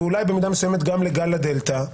ואולי במידה מסוימת גם לגל הדלתא,